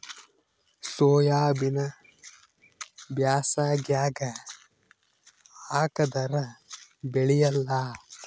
ಸೋಯಾಬಿನ ಬ್ಯಾಸಗ್ಯಾಗ ಹಾಕದರ ಬೆಳಿಯಲ್ಲಾ?